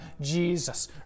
jesus